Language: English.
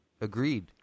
Agreed